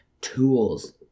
tools